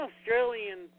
Australian